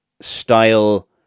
style